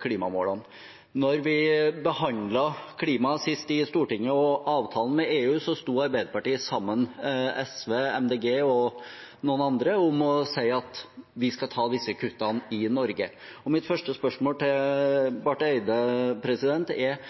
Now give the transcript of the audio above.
klimamålene. Da vi sist behandlet klima i Stortinget, og avtalen med EU, sto Arbeiderpartiet sammen med SV, Miljøpartiet De Grønne og noen andre om å si at vi skal ta disse kuttene i Norge. Mine spørsmål til Barth Eide er: